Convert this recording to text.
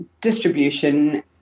distribution